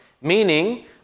meaning